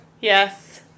Yes